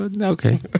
okay